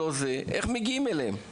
אז איך מגיעים אליהן?